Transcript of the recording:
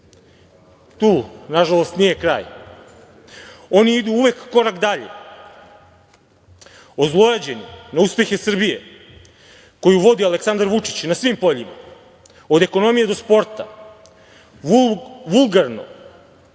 Tu, nažalost, nije kraj. Oni uvek idu korak dalje, ozlojeđeni na uspehe Srbije koju vodi Aleksandar Vučić na svim poljima, od ekonomije do sporta. Vulgarno,